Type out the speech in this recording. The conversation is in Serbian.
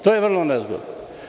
To je vrlo nezgodno.